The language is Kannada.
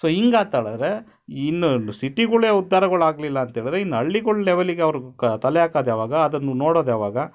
ಸೊ ಹಿಂಗಾತ್ ಹೇಳರೆ ಇನ್ನು ಸಿಟಿಗಳೇ ಉದ್ಧಾರಗಳು ಆಗ್ಲಿಲ್ಲಾಂತ ಹೇಳದ್ರೆ ಇನ್ನು ಹಳ್ಳಿಗಳ ಲೆವೆಲ್ಲಿಗೆ ಅವ್ರು ತಲೆ ಹಾಕದ್ ಯಾವಾಗ ಅದನ್ನು ನೋಡೋದು ಯಾವಾಗ